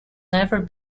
never